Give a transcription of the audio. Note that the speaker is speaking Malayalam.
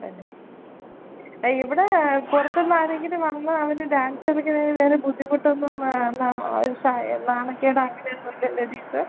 തന്നെ ഇവിടെ പുറത്ത് നിന്ന് ആരെങ്കിലും വന്നാൽ അവന് ഡാൻസ് കളിക്കുന്നതിന് വേറെ ബുദ്ധിമുട്ടൊന്നും എന്നാൽ ഒര് സയ നാണക്കേട് അങ്ങനെ ഒന്നും ഇല്ലല്ലൊ ടീച്ചർ